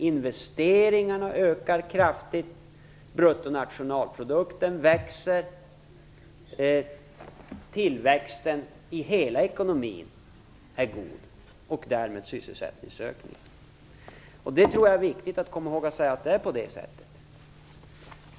Investeringarna ökar kraftigt, bruttonationalprodukten växer, tillväxten i hela ekonomin är god och därmed sysselsättningsökningen. Det är viktigt att komma ihåg att det är på det sättet.